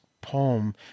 poem